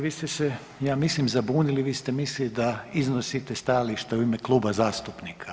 Vi ste se ja mislim zabunili, vi ste mislili da iznosite stajalište u ime kluba zastupnika.